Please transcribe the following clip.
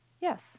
Yes